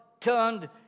turned